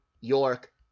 York